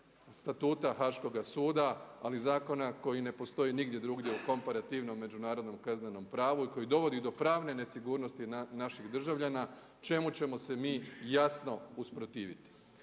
statuta Haškoga suda, ali zakona koji ne postoji nigdje drugdje u komparativnom međunarodnom kaznenom pravu i koji dovodi do pravne nesigurnosti naših državljana, čemu ćemo se mi jasno usprotiviti.